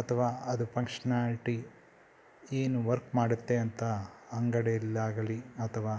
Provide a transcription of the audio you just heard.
ಅಥವಾ ಅದು ಫಂಕ್ಷ್ನಾಲಿಟಿ ಏನು ವರ್ಕ್ ಮಾಡುತ್ತೆ ಅಂತ ಅಂಗಡಿಯಲ್ಲಾಗಲಿ ಅಥವಾ